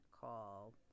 call